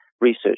research